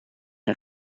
een